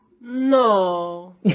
No